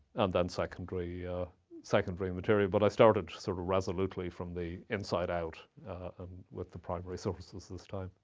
and then secondary secondary material, but i started sort of resolutely from the inside-out um with the primary sources this time.